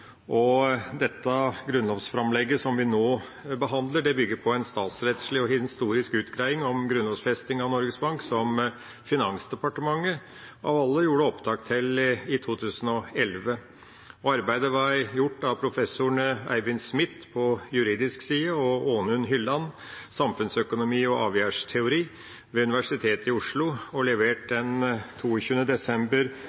Grunnloven. Dette grunnlovsframlegget vi nå behandler, bygger på en statsrettslig og historisk utgreiing om grunnlovfesting av Norges Bank som Finansdepartementet, av alle, gjorde opptakten til i 2011. Arbeidet ble gjort av professorene Eivind Smith på juridisk side og Aanund Hylland, samfunnsøkonomi og avgjerdsteori, ved Universitetet i Oslo og levert